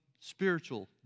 spiritual